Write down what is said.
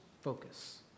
focus